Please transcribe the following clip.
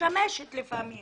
משתמשת לפעמים